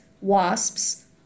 wasps